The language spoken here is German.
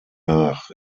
nach